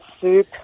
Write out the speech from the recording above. soup